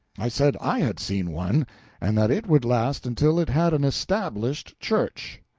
i said i had seen one and that it would last until it had an established church.